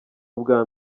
ubwa